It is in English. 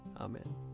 Amen